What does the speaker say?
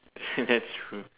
that's true